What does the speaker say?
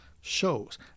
shows